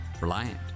Reliant